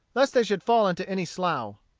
lest they should fall into any slough.